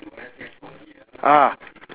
ah